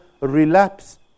relapse